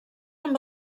amb